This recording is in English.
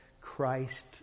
Christ